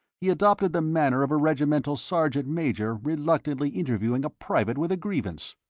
he adopted the manner of a regimental sergeant-major reluctantly interviewing a private with a grievance.